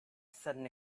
sudden